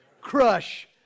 Crush